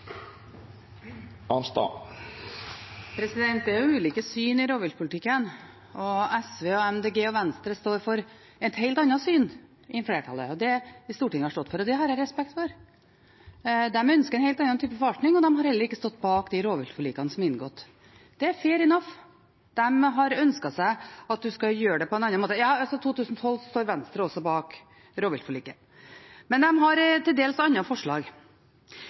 uttak. Det er ulike syn i rovviltpolitikken, og SV, Miljøpartiet De Grønne og Venstre står for et helt annet syn enn det flertallet og Stortinget har stått for. Det har jeg respekt for. De ønsker en helt annen type forvaltning, og de har heller ikke stått bak de rovviltforlikene som er inngått. Det er «fair enough», de har ønsket at en skal gjøre det på en annen måte – ja, i 2012 sto også Venstre bak rovviltforliket, men de har til dels andre forslag.